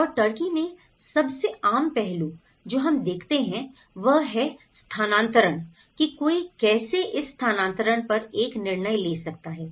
और टर्की में सबसे आम पहलू जो हम देखते हैं वह है स्थानांतरण कि कोई कैसे इस स्थानांतरण पर एक निर्णय ले सकता है